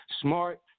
smart